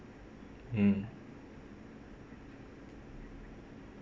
mm